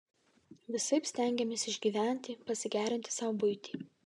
visaip stengėmės išgyventi pasigerinti sau buitį